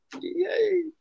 Yay